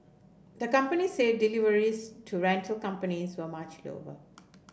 the company said deliveries to rental companies were much